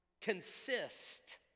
consist